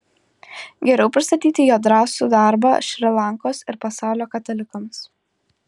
geriau pristatyti jo drąsų darbą šri lankos ir pasaulio katalikams